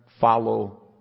follow